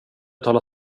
betala